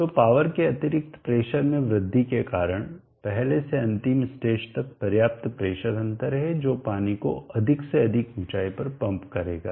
तो पॉवर के अतिरिक्त प्रेशर में वृद्धि के कारण पहले से अंतिम स्टेज तक पर्याप्त प्रेशर अंतर है जो पानी को अधिक से अधिक ऊंचाइयों पर पंप करेगा